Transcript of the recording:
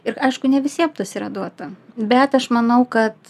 ir aišku ne visiem tas yra duota bet aš manau kad